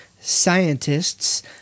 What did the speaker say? scientists